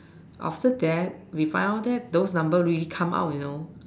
after that we found out that those number really come out you know